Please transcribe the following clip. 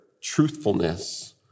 truthfulness